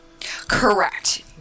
Correct